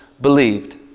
believed